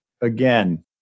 again